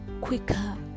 quicker